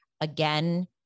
again